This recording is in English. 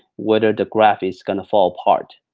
whether the graph is gonna fall apart.